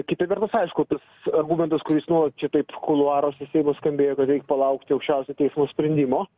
kita vertus aišku tas argumentas kuris nuolat čia taip kuluaruose seimo skambėjo kad reik palaukti aukščiausio teismo sprendimo